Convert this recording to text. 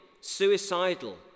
suicidal